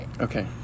Okay